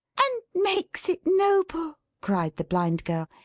and makes it noble! cried the blind girl.